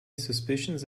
suspicions